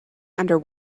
under